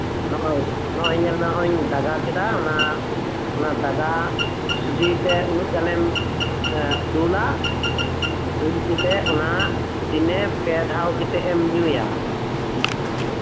ᱱᱚᱜᱼᱚᱭ ᱱᱚᱜᱼᱚᱭ ᱧᱮᱞ ᱢᱮ ᱵᱟᱜᱟᱣ ᱠᱮᱫᱟ ᱚᱱᱟ ᱵᱟᱜᱟᱣ ᱥᱚᱡᱷᱮᱛᱮ ᱩᱱᱟᱹᱜ ᱜᱟᱱᱮᱢ ᱫᱩᱞᱟ ᱫᱩᱞ ᱠᱟᱛᱮ ᱚᱱᱟ ᱫᱤᱱᱮ ᱯᱮᱼᱫᱷᱟᱣ ᱠᱟᱛᱮ ᱮᱢ ᱧᱩᱭᱟ